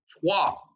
Trois